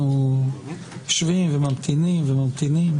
אנחנו יושבים וממתינים.